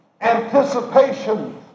anticipation